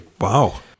Wow